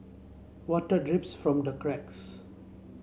water drips from the cracks